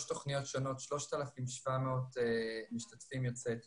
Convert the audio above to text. תוכניות שונות 3,700 משתתפים יוצאי אתיופיה,